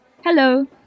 Hello